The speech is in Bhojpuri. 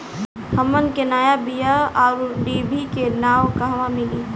हमन के नया बीया आउरडिभी के नाव कहवा मीली?